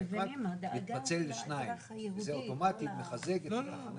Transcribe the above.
מתפצל לשניים וזה אוטומטית מחזק את התחנה